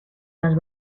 las